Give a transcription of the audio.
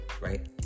Right